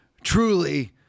truly